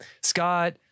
Scott